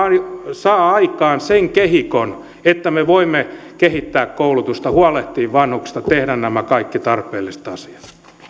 saa aikaan sen kehikon että me voimme kehittää koulutusta huolehtia vanhuksista tehdä nämä kaikki tarpeelliset asiat